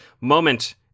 moment